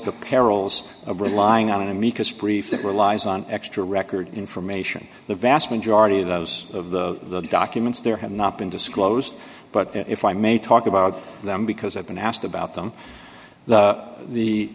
the perils of relying on an amicus brief that relies on extra record information the vast majority of those of the documents there have not been disclosed but if i may talk about them because i've been asked about them the